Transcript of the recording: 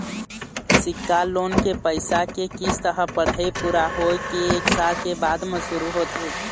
सिक्छा लोन के पइसा के किस्त ह पढ़ाई पूरा होए के एक साल के बाद म शुरू होथे